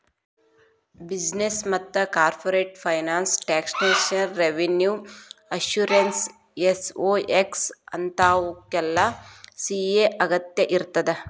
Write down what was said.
business ಮತ್ತ corporate finance taxation revenue assurance SOX ಇಂತಾವುಕ್ಕೆಲ್ಲಾ CA ಅಗತ್ಯಇರ್ತದ